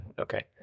Okay